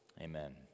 Amen